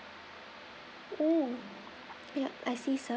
mm yup I see sir